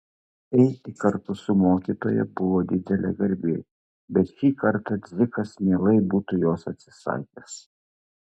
eiti kartu su mokytoja buvo didelė garbė bet šį kartą dzikas mielai būtų jos atsisakęs